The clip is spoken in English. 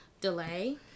delay